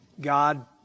God